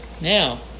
now